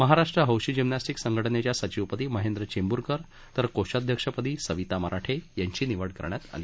महाराष्ट्र हौशी जिम्नॅस्टिक संघटनेच्या सचिवपदी महेंद्र चेम्ब्रकर तर कोषाध्यक्षपदी सविता मराठे यांची निवड करण्यात आली